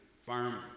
farm